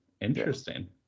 Interesting